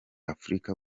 afurika